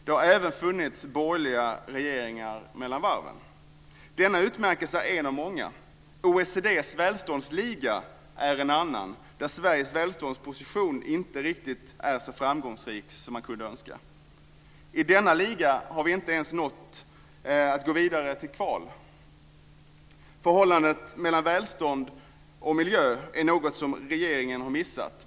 Det har även funnits borgerliga regeringar mellan varven. Denna utmärkelse är en av många. OECD:s välståndsliga är en annan. Där är Sveriges välståndsposition inte riktigt så framgångsrik som man skulle önska. I den ligan har vi inte ens uppnått att gå vidare till kval. Förhållandet mellan välstånd och miljö är något som regeringen har missat.